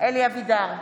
אלי אבידר,